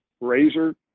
razor